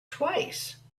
twice